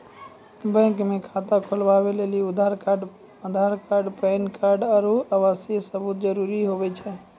bank मे खाता खोलबै लेली आधार कार्ड पैन कार्ड आरू आवासीय सबूत जरुरी हुवै छै